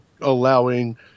allowing